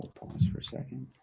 pause for a second.